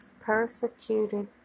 persecuted